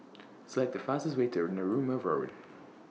Select The fastest Way to Narooma Road